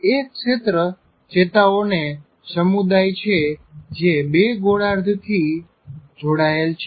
એ ક્ષેત્ર ચેતાઓનો સમુદાય છે જે બે ગોળાર્ધ થી જોડાયેલ છે